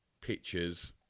pictures